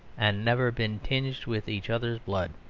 and never been tinged with each other's blood.